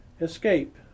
Escape